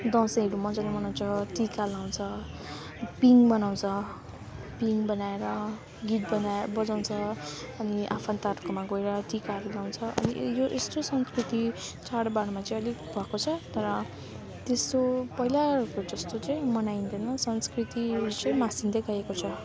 दसैँहरू मजाले मनाउँछ टिका लगाउँछ पिङ बनाउँछ पिङ बनाएर गीत बना बजाउँछ अनि आफन्तहरूको गएर टिकाहरू लगाउँछ अनि यो यस्तो संस्कृति चाडबाडमा चाहिँ अलिक भएको छ तर त्यस्तो पहिलाहरूको जस्तो चाहिँ मनाइँदैन संस्कृतिहरू चाहिँ मासिँदै गएको छ